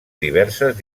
diverses